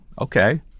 okay